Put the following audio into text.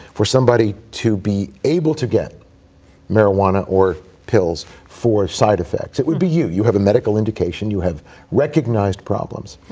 for somebody to be able to get marijuana or pills for side effects, it would be you. you have a medical indication. you have recognized problems.